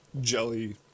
jelly